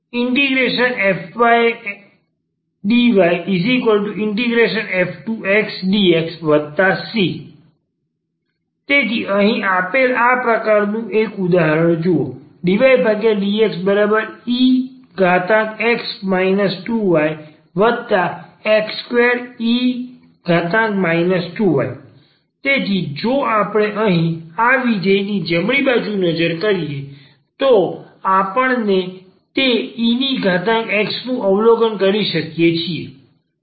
f1ydyf2xdxc તેથી અહીં આપવામાં આવેલ આ પ્રકારનું એક ઉદાહરણ જુઓ dydxex 2yx2e 2y તેથી જો આપણે અહીં આ વિધેયની જમણી બાજુ નજર કરીએ તો આપણે તે e ની ઘાતાંક x નું અવલોકન કરીએ છીએ